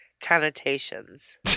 connotations